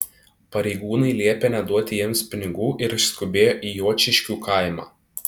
pareigūnai liepė neduoti jiems pinigų ir išskubėjo į juočiškių kaimą